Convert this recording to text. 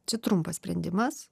čia trumpas sprendimas